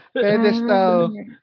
Pedestal